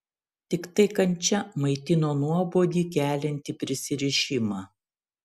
tiktai kančia maitino nuobodį keliantį prisirišimą